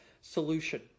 solution